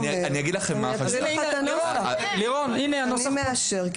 אני מאשר,